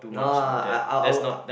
nah I I will I